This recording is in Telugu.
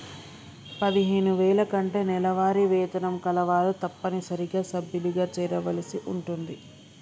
పదిహేను వేల కంటే నెలవారీ వేతనం కలవారు తప్పనిసరిగా సభ్యులుగా చేరవలసి ఉంటుంది